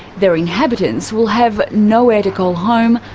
their inhabitants will have nowhere to call home,